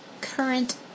current